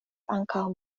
ankaŭ